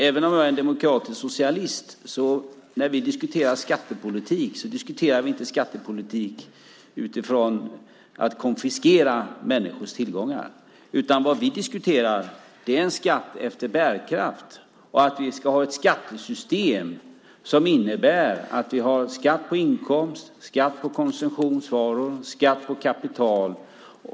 Även om jag är en demokratisk socialist diskuterar vi inte skattepolitik utifrån att man ska konfiskera människors tillgångar. Vad vi diskuterar är en skatt efter bärkraft och att vi ska ha ett skattesystem som innebär att vi har skatt på inkomst, skatt på konsumtionsvaror, skatt på kapital.